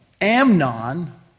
Amnon